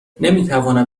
نمیتوانم